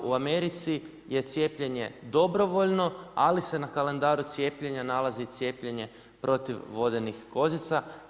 Samo u Americi je cijepljenje dobrovoljno, ali se na kalendaru cijepljenja nalazi i cijepljenje protiv vodenih kozica.